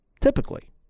typically